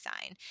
sign